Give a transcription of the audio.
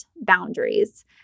boundaries